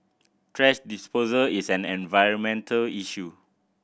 thrash disposal is an environmental issue